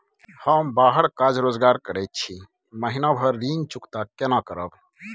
हम बाहर काज रोजगार करैत छी, महीना भर ऋण चुकता केना करब?